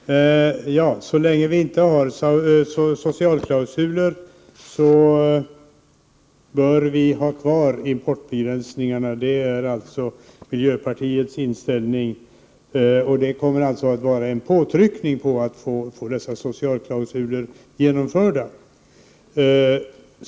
Herr talman! Så länge vi inte har socialklausuler bör vi ha kvar importbegränsningarna. Det är miljöpartiets inställning. Det kommer att vara en påtryckning så att vi får dessa socialklausuler genomförda.